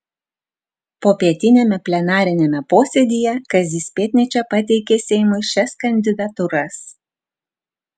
popietiniame plenariniame posėdyje kazys pėdnyčia pateikė seimui šias kandidatūras